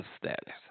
status